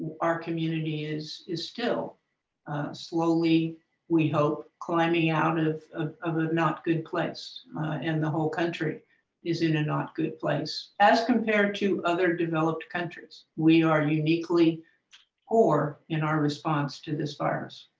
our community is is still slowly we hope climbing out of of a not-good place and the whole country is in a not-good place. as compared to other developed countries we are uniquely poor in our response to this virus.